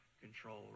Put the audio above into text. control